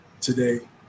today